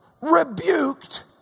rebuked